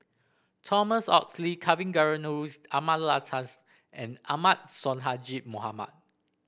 Thomas Oxley Kavignareru Amallathasan and Ahmad Sonhadji Mohamad